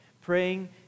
praying